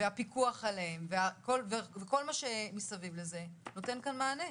והפיקוח עליהם וכל מה שמסביב לזה נותן כאן מענה?